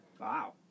Wow